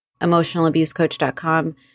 emotionalabusecoach.com